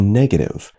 negative